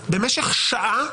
במשך שעה,